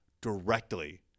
directly